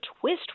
twist